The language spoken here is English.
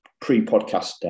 pre-podcast